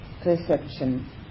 Perception